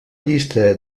llista